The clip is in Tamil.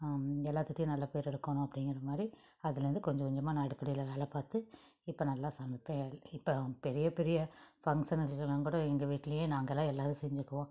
எல்லாத்துடையும் நல்ல பெயரு எடுக்கணும் அப்படிங்குற மாதிரி அதில் இருந்து கொஞ்சம் கொஞ்சமாக நான் அடுப்படியில் வேலை பார்த்து இப்போ நல்லா சமைப்பேன் இப்போ பெரிய பெரிய ஃபங்க்ஷன்னுக்குலாம் கூட எங்கள் வீட்டுலேயே நாங்கள் எல்லாரும் செஞ்சிக்குவோம்